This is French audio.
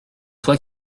toit